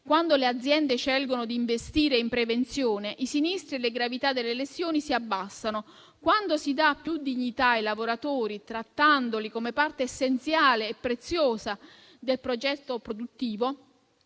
Quando le aziende scelgono di investire in prevenzione, i sinistri e le gravità delle lesioni si abbassano. Quando si dà più dignità ai lavoratori, trattandoli come parte essenziale e preziosa del progetto produttivo,